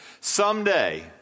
Someday